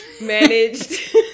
managed